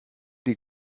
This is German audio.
die